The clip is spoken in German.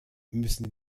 müssen